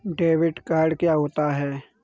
Credit card क्या होता है?